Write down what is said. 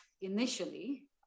initially